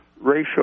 ratio